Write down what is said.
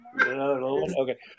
Okay